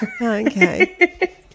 okay